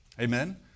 Amen